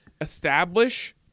establish